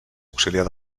auxiliar